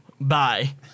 Bye